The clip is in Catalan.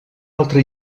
altra